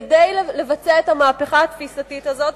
כדי לבצע את המהפכה התפיסתית הזאת,